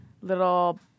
little